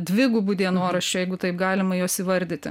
dvigubų dienoraščių jeigu taip galima juos įvardyti